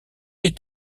est